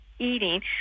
eating